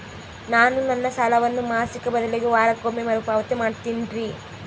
ನಾನು ನನ್ನ ಸಾಲವನ್ನು ಮಾಸಿಕ ಬದಲಿಗೆ ವಾರಕ್ಕೊಮ್ಮೆ ಮರುಪಾವತಿ ಮಾಡ್ತಿನ್ರಿ